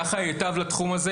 כך ייטב לתחום הזה.